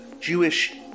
Jewish